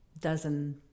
dozen